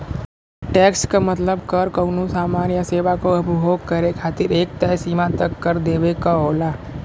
tax क मतलब कर कउनो सामान या सेवा क उपभोग करे खातिर एक तय सीमा तक कर देवे क होला